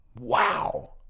Wow